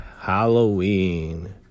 Halloween